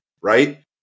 right